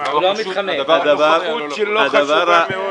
הנוכחות שלו חשובה מאוד.